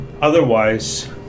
otherwise